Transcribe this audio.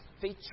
feature